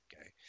Okay